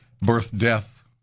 birth-death